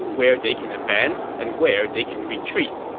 where they can advance, and where they can retreat.